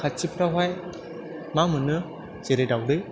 खाथिफ्रावहाय मा मोनो जेरै दावदै